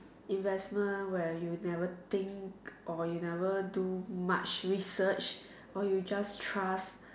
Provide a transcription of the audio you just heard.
investment where you never think or you never do much research or you just trust